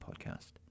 Podcast